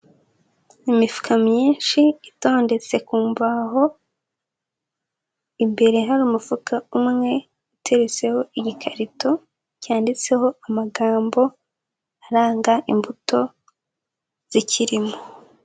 Imifuka myinshi itondetse ku mbaho, imbere hari umufuka umwe uteretseho igikarito cyanditseho amagambo aranga imbuto zikirimo.